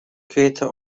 crater